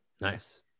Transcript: nice